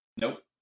Nope